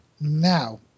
Now